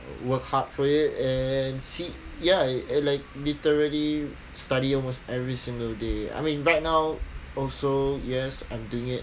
work hard for it and see ya and like literally study almost every single day I mean right now also yes I'm doing it